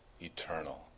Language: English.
eternal